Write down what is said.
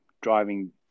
driving